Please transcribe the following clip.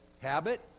Habit